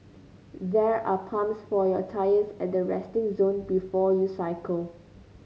there are pumps for your tyres at the resting zone before you cycle